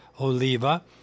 Oliva